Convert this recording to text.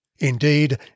Indeed